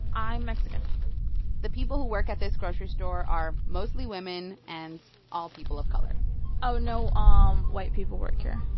i'm mexican the people who work at this grocery store are mostly women and all people of color oh, no um white people work here.